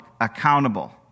accountable